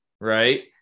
right